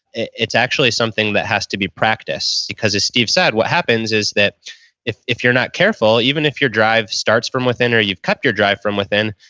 it's actually something that has to be practiced. because as steve said what happens is that if if you're not careful, even if your drive starts from within or you've kept your drive from within,